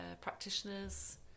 practitioners